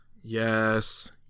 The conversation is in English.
Yes